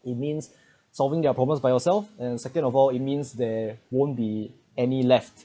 it means solving their problems by yourself and second of all it means there won't be any left